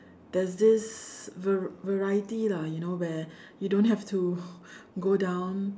there is this var~ variety lah you know where you don't have to go down